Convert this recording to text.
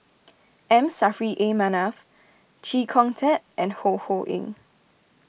M Saffri A Manaf Chee Kong Tet and Ho Ho Ying